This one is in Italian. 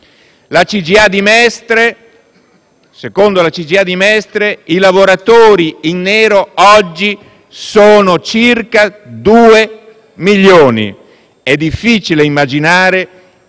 imprese (CGIA) di Mestre i lavoratori in nero oggi sono circa 2 milioni. È difficile immaginare